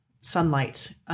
sunlight